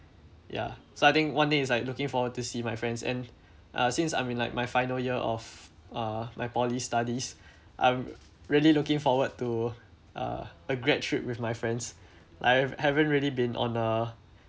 ya starting one day it's like looking forward to see my friends and uh since I'm in like my final year of uh my poly studies I'm really looking forward to uh a grad trip with my friends I've haven't really been on a